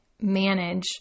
manage